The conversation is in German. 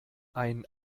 ein